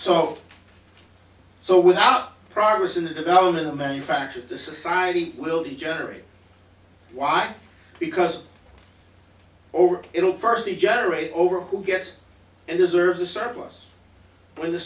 so so without progress in the development of manufactured the society will degenerate why because over it'll firstly generate over who gets and deserves a surplus whe